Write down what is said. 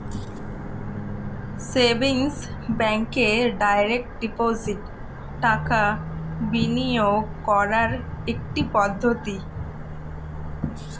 savings ব্যাঙ্কে direct deposit টাকা বিনিয়োগ করার একটি পদ্ধতি